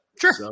Sure